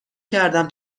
کردم